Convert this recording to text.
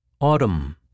Autumn